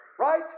right